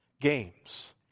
Games